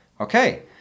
Okay